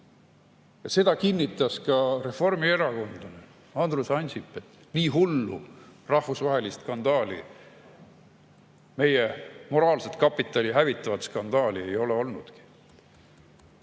seda kinnitas ka reformierakondlane Andrus Ansip, et nii hullu rahvusvahelist skandaali, meie moraalset kapitali hävitavat skandaali ei ole olnudki.